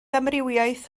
amrywiaeth